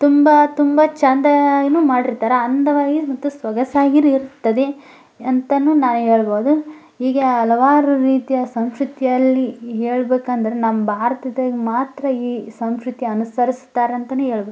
ತುಂಬ ತುಂಬ ಚಂದ ಏನು ಮಾಡಿರ್ತಾರೆ ಅಂದವಾಗಿ ಮತ್ತು ಸೊಗಸಾಗಿನೂ ಇರ್ತದೆ ಅಂತಾನೂ ನಾ ಹೇಳ್ಬೋದು ಹೀಗೆ ಹಲವಾರು ರೀತಿಯ ಸಂಸ್ಕೃತಿಯಲ್ಲಿ ಹೇಳ್ಬೇಕಂದ್ರೆ ನಮ್ಮ ಭಾರತ್ದಾಗ ಮಾತ್ರ ಈ ಸಂಸ್ಕೃತಿ ಅನುಸರ್ಸುತ್ತಾರೆ ಅಂತಾನೆ ಹೇಳ್ಬೋದು